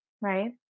right